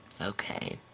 Okay